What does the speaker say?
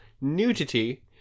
nudity